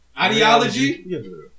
ideology